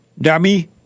dummy